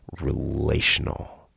relational